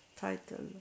title